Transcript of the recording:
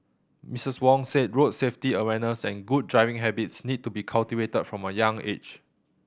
Missus Wong said road safety awareness and good driving habits need to be cultivated from a young age